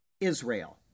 Israel